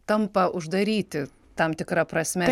tampa uždaryti tam tikra prasme